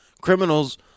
Criminals